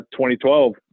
2012